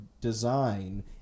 design